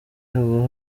haba